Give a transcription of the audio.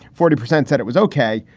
forty percent said it was ok,